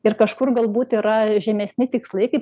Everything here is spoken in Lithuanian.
ir kažkur galbūt yra žemesni tikslai kaip